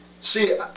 see